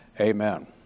Amen